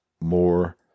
more